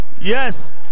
Yes